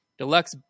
Deluxe